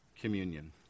communion